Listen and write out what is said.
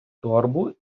торбу